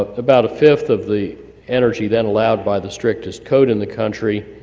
ah about a fifth of the energy then allowed by the strictest code in the country,